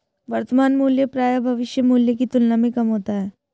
वर्तमान मूल्य प्रायः भविष्य मूल्य की तुलना में कम होता है